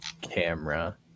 camera